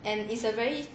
and it's a very